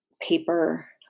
paper